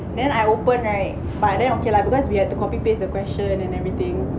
then I open right but then okay lah because we have to copy paste the question and everything